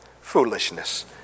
foolishness